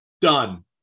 Done